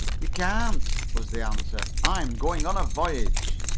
you can't! was the answer. i'm going on a voyage!